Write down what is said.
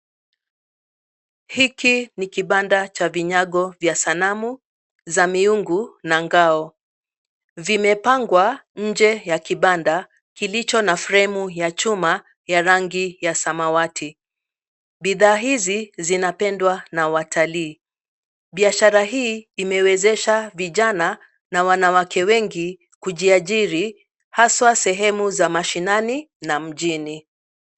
Hiki ni kibanda cha vinyago vya sanamu za miungu na ngao. Vimepangwa nje ya kibanda kilicho na fremu ya chuma ya rangi ya samawati. Bidhaa hizi zinapendwa na watalii. Biashara hii imewezesha vijana na wanawake wengi kujiajiri hasa sehemu za mashinani na mjini.